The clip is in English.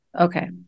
Okay